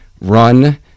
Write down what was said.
run